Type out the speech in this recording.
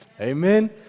Amen